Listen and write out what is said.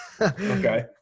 Okay